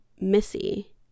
Missy